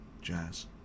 jazz